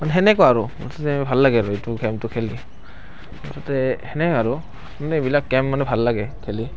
সেনেকুৱা আৰু মুঠতে ভাল লাগে আৰু এইটো খেলটো খেলি তাৰপিছতে সেনে আৰু মানে এইবিলাক গেম মানে ভাল লাগে খেলি